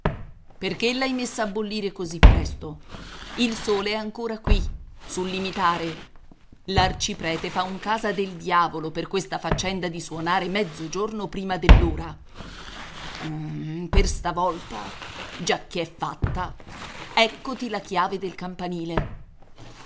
perché l'hai messa a bollire così presto il sole è ancora qui sul limitare l'arciprete fa un casa del diavolo per questa faccenda di suonare mezzogiorno prima dell'ora per stavolta giacché è fatta eccoti la chiave del campanile